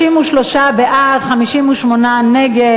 נגד.